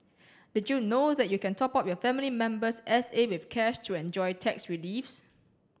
did you know that you can top up your family member's S A with cash to enjoy tax reliefs